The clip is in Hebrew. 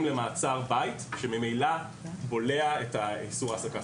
למעצר בית כאשר ממילא זה בולע את איסור ההעסקה.